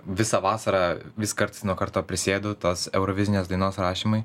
visą vasarą vis karts nuo karto prisėdu tos eurovizinės dainos rašymui